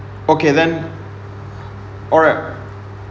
okay then alright